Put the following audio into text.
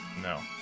No